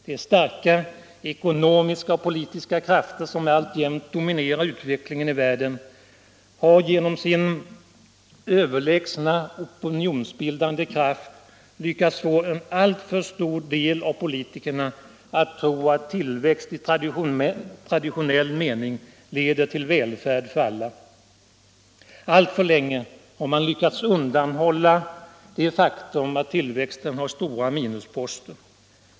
De starka ekonomiska och politiska krafter som alltjämt dominerar utvecklingen i världen har genom sin överlägsna opinionsbildande kraft lyckats få en alltför stor del av politikerna att tro att tillväxt i traditionell mening leder till välfärd för alla. Alltför länge har man lyckats undanhålla det faktum att tillväxten har stora minusposter.